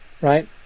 right